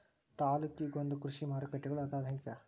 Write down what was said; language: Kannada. ತಾಲ್ಲೂಕಿಗೊಂದೊಂದ ಕೃಷಿ ಮಾರುಕಟ್ಟೆಗಳು ಅದಾವ ಇಗ